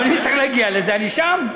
אבל אם צריך להגיע לזה, אני שם.